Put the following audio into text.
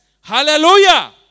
Hallelujah